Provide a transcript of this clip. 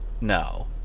No